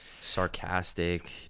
Sarcastic